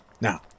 Now